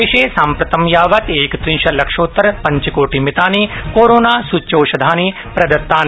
देशे साम्प्रतं यावत् एकत्रिंशल्लक्षोत्तर पंचकोटि मितानि कोरोना सूच्यौधानि प्रदत्तानि